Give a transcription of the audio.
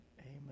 Amen